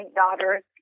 daughters